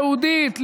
יהודית,